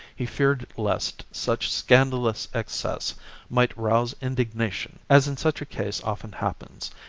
he feared lest such scandalous excess might rouse indignation, as in such a case often happens,